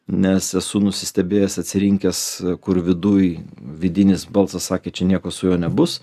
nes esu nusistebėjęs atsirinkęs kur viduj vidinis balsas sakė čia nieko su juo nebus